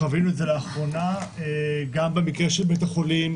חווינו את זה לאחרונה גם במקרה של בית החולים